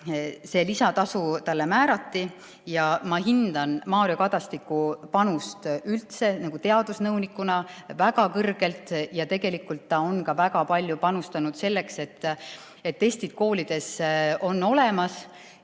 see lisatasu talle määrati. Ma hindan Mario Kadastiku panust teadusnõunikuna väga kõrgelt, tegelikult ta on väga palju panustanud selleks, et testid koolides on olemas.